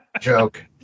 Joke